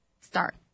start